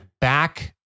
back